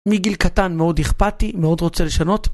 מגיל קטן מאוד אכפתי, מאוד רוצה לשנות.